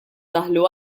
daħlu